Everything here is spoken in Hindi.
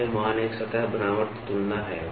Ra मान एक सतह बनावट तुलना है